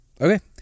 Okay